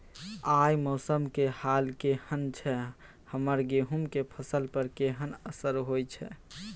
आय मौसम के हाल केहन छै हमर गेहूं के फसल पर केहन असर होय छै?